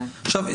עכשיו,